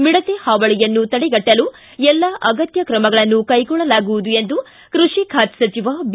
ಮಿಡತೆ ದಾಳಿಯನ್ನು ತಡೆಗಟ್ಟಲು ಎಲ್ಲಾ ಅಗತ್ಯ ಕ್ರಮಗಳನ್ನು ಕೈಗೊಳ್ಳಲಾಗುವುದು ಎಂದು ಕೃಷಿ ಖಾತೆ ಸಚಿವ ಬಿ